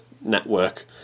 network